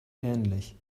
ähnlich